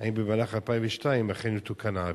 3. האם במהלך 2012 יתוקן העוול?